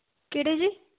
ਕਿਹੜੇ ਜੀ